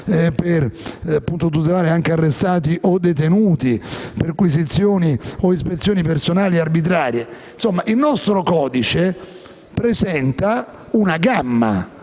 nei confronti di arrestati o detenuti, perquisizioni o ispezioni personali arbitrarie. Insomma, il nostro codice presenta una gamma